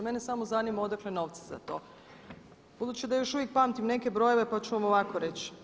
Mene samo zanima odakle novci za to budući da još uvijek pamtim neke brojeve pa ću vam ovako reći.